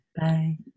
Bye